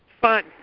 fun